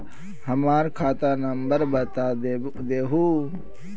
हमर खाता नंबर बता देहु?